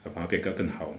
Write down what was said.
更好